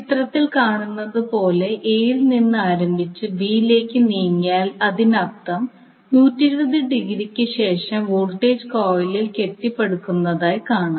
ചിത്രത്തിൽ കാണുന്നതുപോലെ A യിൽ നിന്ന് ആരംഭിച്ച B ലേക്ക് നീങ്ങിയാൽ അതിനർത്ഥം 120 ഡിഗ്രിക്ക് ശേഷം വോൾട്ടേജ് കോയിലിൽ കെട്ടിപ്പടുക്കുന്നതായി കാണാം